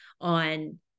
on